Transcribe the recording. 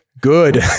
good